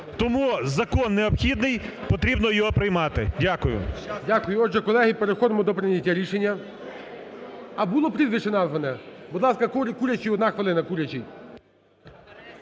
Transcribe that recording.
Тому закон необхідний потрібно його приймати. Дякую. ГОЛОВУЮЧИЙ. Дякую. Отже, колеги, переходимо до прийняття рішення. А було прізвище назване… будь ласка, Курячий – одна хвилина.